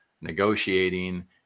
negotiating